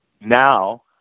now